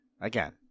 again